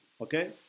okay